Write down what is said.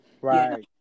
right